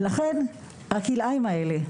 ולכן הכלאיים האלה.